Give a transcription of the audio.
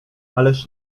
ależ